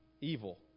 evil